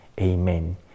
Amen